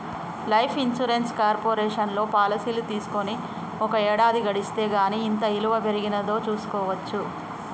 life insurance కార్పొరేషన్లో పాలసీలు తీసుకొని ఒక ఏడాది గడిస్తే గానీ ఎంత ఇలువ పెరిగినాదో చూస్కోవచ్చు